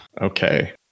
Okay